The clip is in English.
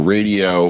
Radio